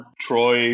troy